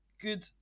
Good